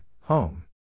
home